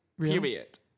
Period